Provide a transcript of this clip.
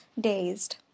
dazed